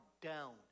down